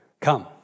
Come